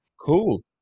Cool